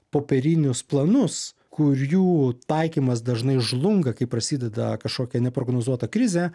popierinius planus kurių taikymas dažnai žlunga kai prasideda kažkokia neprognozuota krizė